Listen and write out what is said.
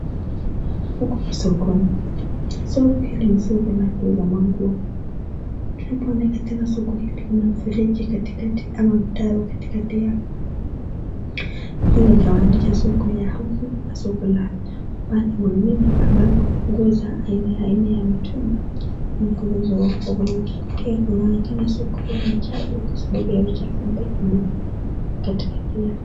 Huku ni sokoni. Hili ni soko la kuuza manguo. Unapoona katika soko hili kuna mifereji ama mtaro katikati yake inayogawanisha soko ya huku na soko ya pande mwingine ambapo nguo za aina aina ya mitumba inauzwa kwa wingi. Pia kunanaonekana soko hili ni chafu kwa sababu ya uchafu ambayo imo katikati yake.